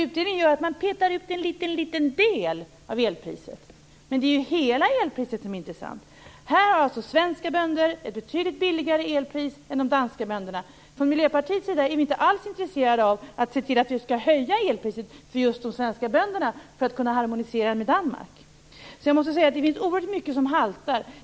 Utredningen petar ut en liten del av elpriset, men det är ju hela elpriset som är intressant. Svenska bönder har alltså ett betydligt billigare elpris än de danska bönderna. Vi i Miljöpartiet är inte alls intresserade av att höja elpriset för de svenska bönderna för att kunna harmonisera med Danmark. Jag måste säga att det finns oerhört mycket här som haltar.